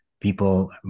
people